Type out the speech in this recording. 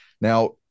Now